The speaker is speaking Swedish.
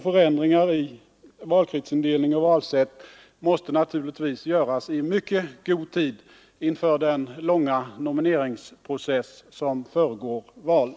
Förändringar i valkretsindelning och valsätt måste naturligtvis göras i mycket god tid inför den långa nomineringsprocess som föregår valen.